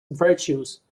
virtues